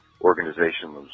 organization